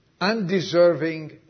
undeserving